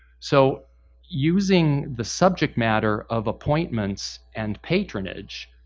so using the subject matter of appointments and patronage,